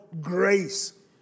grace